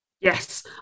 Yes